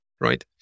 right